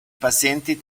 pazienti